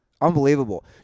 Unbelievable